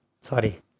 sorry